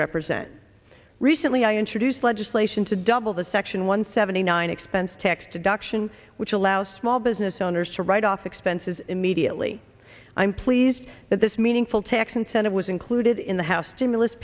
represent recently i introduced legislation to double the section one seventy nine expense tax deduction which allow small business owners to write off expenses immediately i'm pleased that this meaningful tax incentive was included in the house